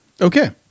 Okay